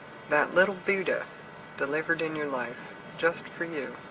that little buddha delivered in your life just for you?